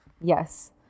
Yes